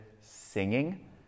singing